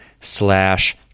slash